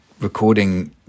recording